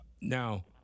Now